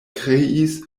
kreis